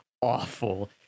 awful